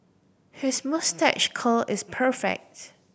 his moustache curl is perfect